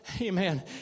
amen